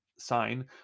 sign